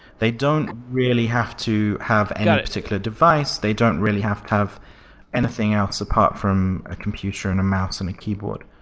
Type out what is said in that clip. they don't really have to have and any particular device. they don't really have to have anything else apart from a computer and a mouse and a keyboard.